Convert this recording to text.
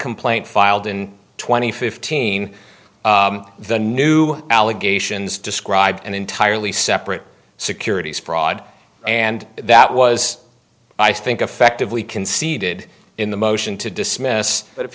complaint filed in twenty fifteen the new allegations described an entirely separate securities fraud and that was i think affectively conceded in the motion to dismiss but if